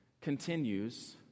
continues